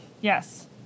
Yes